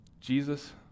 Jesus